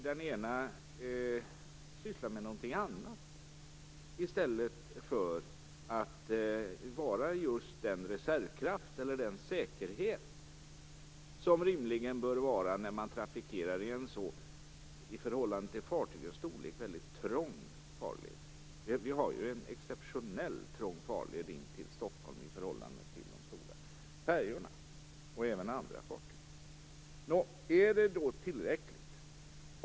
Den ena sysslar med någonting annat i stället för att vara just den reservkraft eller säkerhet som rimligen bör finnas när man trafikerar en så här, i förhållande till fartygens storlek, trång farled; det är ju en exceptionellt trång farled in till Stockholm i förhållande till de stora färjorna och även andra fartyg. Jag undrar om det är tillräckligt.